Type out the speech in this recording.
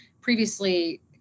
previously